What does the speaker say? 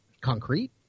concrete